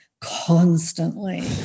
constantly